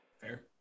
Fair